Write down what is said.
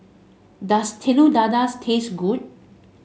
does Telur Dadah taste good